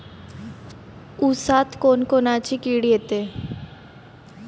ऊसात कोनकोनची किड येते?